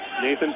Nathan